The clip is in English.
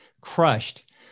crushed